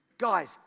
Guys